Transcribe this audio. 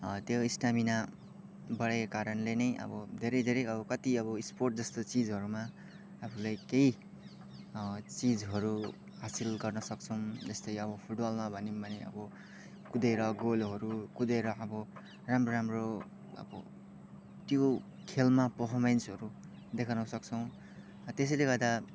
त्यो स्टामिना बढेको कारणले नै अब धेरै धेरै अब कति अब स्पोर्ट जस्तो चिजहरूमा आफूलाई केही चिजहरू हासिल गर्न सक्छौँ जस्तै अब फुटबलमा भनौँ भने अब कुदेर गोलहरू कुदेर अब राम्रो राम्रो अब त्यो खेलमा पर्फमेन्सहरू देखाउनु सक्छौँ त्यसैले गर्दा